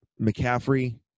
McCaffrey